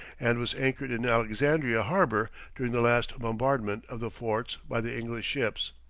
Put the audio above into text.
and was anchored in alexandria harbor during the last bombardment of the forts by the english ships.